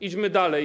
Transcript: Idźmy dalej.